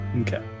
Okay